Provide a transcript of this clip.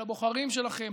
של הבוחרים שלכם,